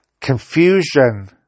confusion